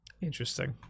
Interesting